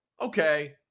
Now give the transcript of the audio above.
okay